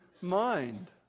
mind